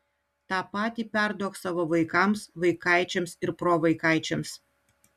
tą patį perduok savo vaikams vaikaičiams ir provaikaičiams